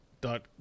dot